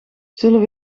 zullen